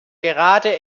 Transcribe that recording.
gerade